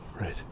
right